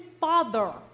father